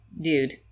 dude